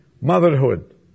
Motherhood